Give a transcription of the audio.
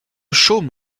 chaume